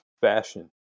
fashion